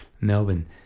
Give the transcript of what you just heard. Melbourne